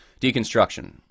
deconstruction